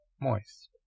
moist